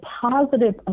positive